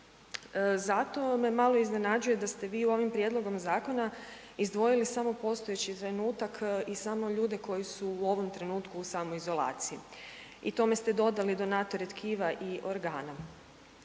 Zato me malo iznenađuje da ste vi ovim prijedlogom zakona izdvojili samo postojeći trenutak i samo ljude koji su u ovom trenutku u samoizolaciji i tome ste dodali donatore tkiva i organa.